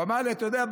הוא אמר לי: אתה יודע,